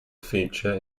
feature